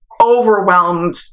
overwhelmed